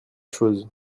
chose